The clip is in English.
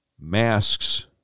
Masks